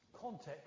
Context